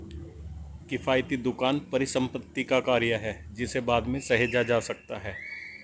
किफ़ायती दुकान परिसंपत्ति का कार्य है जिसे बाद में सहेजा जा सकता है